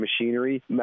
machinery